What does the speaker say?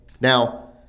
Now